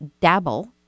dabble